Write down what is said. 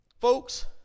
Folks